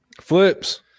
Flips